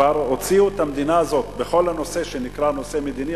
כבר הוציאו את המדינה הזאת בכל הנושא שנקרא נושא מדיני,